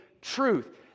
Truth